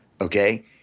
okay